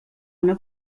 una